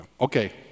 okay